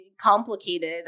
complicated